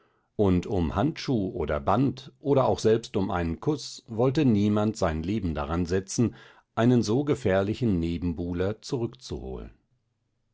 und um handschuh oder band oder auch selbst um einen kuß wollte niemand sein leben dran setzen einen so gar gefährlichen nebenbuhler zurückzuholen